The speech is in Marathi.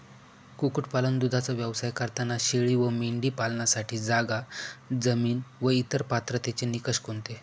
कुक्कुटपालन, दूधाचा व्यवसाय करताना शेळी व मेंढी पालनासाठी जागा, जमीन व इतर पात्रतेचे निकष कोणते?